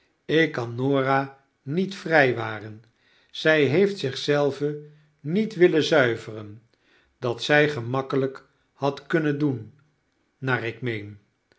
ik kan norah niet vrijwaren zij heeft zich zelve niet willen zuiveren dat zij femakkelijk had kunnen doen naar ik meen